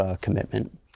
commitment